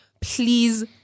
please